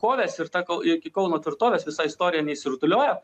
kovėsi ir ta kol iki kauno tvirtovės visa istorija neišsirutuliojo